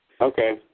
Okay